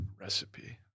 recipe